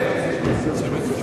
לנוח?